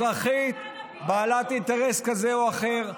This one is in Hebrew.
אזרחית בעלת אינטרס כזה או אחר,